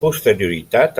posterioritat